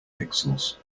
pixels